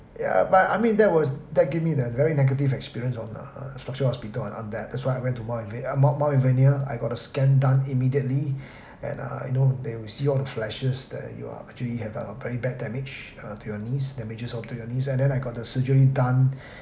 ya but I mean that was that give me the very negative experience on uh structured hospital on on that that's why I went to mount ave~ uh mount mount alvernia I got a scan done immediately and uh I know they will see all the flashes that you are actually have a pretty bad damage uh to your knees damages on to your knees and then I got the surgery done